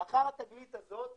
לאחר התגלית הזאת